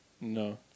No